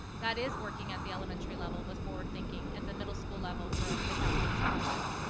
that is working at the elementary level with forward thinking, and the middle school level for the calculus project.